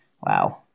Wow